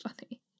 funny